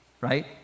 right